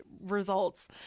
results